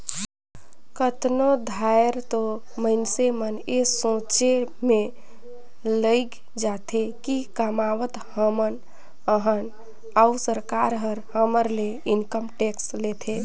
कतनो धाएर तो मइनसे मन ए सोंचे में लइग जाथें कि कमावत हमन अहन अउ सरकार ह हमर ले इनकम टेक्स लेथे